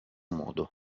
modo